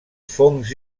fongs